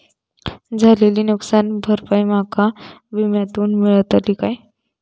झालेली नुकसान भरपाई माका विम्यातून मेळतली काय?